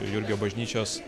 jurgio bažnyčios